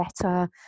better